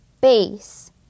base